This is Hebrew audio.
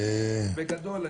בגדול,